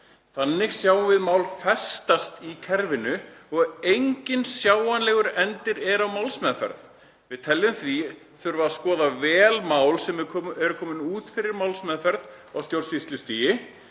Þannig sjáum við mál festast í kerfinu og enginn sjáanlegur endir er á málsmeðferð. Teljum við því þurfa að skoða vel mál sem komin eru út fyrir málsmeðferð á stjórnsýslustigi